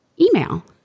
email